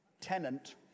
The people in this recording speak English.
tenant